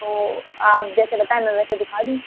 تو آپ جیسے بتائیں میں ویسا دکھا دوں گی